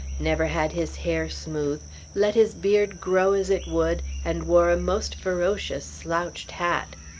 never had his hair smooth let his beard grow as it would, and wore a most ferocious slouched hat.